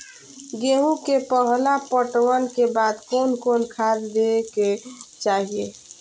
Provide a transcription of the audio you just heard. गेहूं के पहला पटवन के बाद कोन कौन खाद दे के चाहिए?